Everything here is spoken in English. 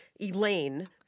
Elaine